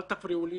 אל תפריעו לי.